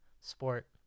sport